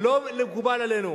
לא מקובל עלינו.